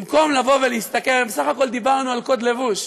במקום לבוא ולהסתכל, בסך הכול דיברנו על קוד לבוש.